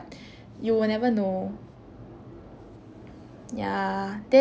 you will never know yeah then